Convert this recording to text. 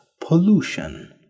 pollution